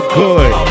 good